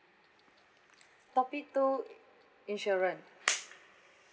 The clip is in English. topic two insurance